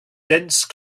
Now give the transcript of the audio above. dense